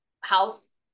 house